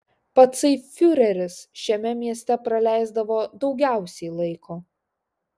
patsai fiureris šiame mieste praleisdavo daugiausiai laiko